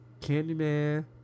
Candyman